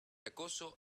acoso